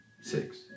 six